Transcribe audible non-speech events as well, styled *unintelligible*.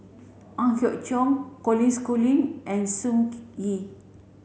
Ang Hiong Chiok Colin Schooling and Sun *unintelligible* Yee